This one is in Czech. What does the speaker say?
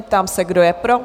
Ptám se, kdo je pro?